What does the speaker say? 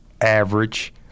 average